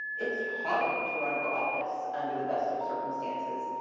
it's hard to run for office under the best of circumstances.